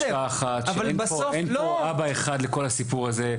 יש תחושה שאין פה אבא אחד לכל הסיפור הזה.